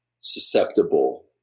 susceptible